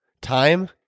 Time